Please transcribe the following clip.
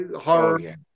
horror